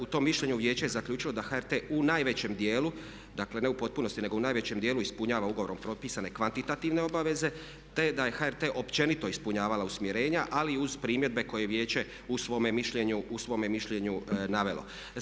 U tom mišljenju Vijeće je zaključilo da HRT u najvećem dijelu, dakle ne u potpunosti, nego u najvećem dijelu ispunjava ugovorom propisane kvantitativne obaveze te da je HRT općenito ispunjavala usmjerenja ali uz primjedbe koje je vijeće u svome mišljenju navela.